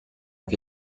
che